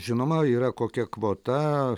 žinoma yra kokia kvota